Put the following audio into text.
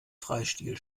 freistil